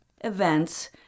events